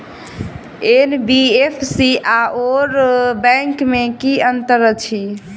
NBFC आओर bank मे की अंतर अछि?